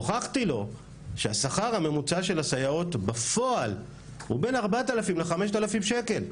הוכחתי לו שהשכר הממוצע של הסייעות בפועל הוא בין 4,000 ל-5,000 שקל.